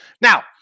Now